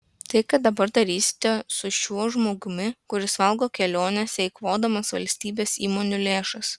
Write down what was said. tai ką dabar darysite su šiuo žmogumi kuris valgo kelionėse eikvodamas valstybės įmonių lėšas